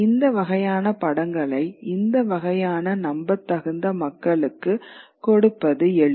இந்த வகையான படங்களை இந்த வகையான நம்பத்தகுந்த மக்களுக்கு கொடுப்பது எளிது